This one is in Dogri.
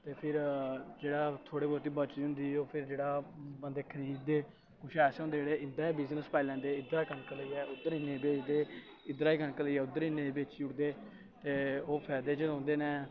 ते फिर जेह्ड़ा थोह्ड़ी बौह्ती बचत दी होंदी ओह् फिर जेह्ड़ा बंदे खरीददे कुछ ऐसे होंदे जेह्ड़े इद्धर बिजनेस पाई लैंदे इद्धर कनक लेइयै उद्धर इन्ने बेचदे इद्धरा दी कनक लेइयै उद्धर इन्ने बेची ओड़दे ते ओह् फायदे च रौंह्दे न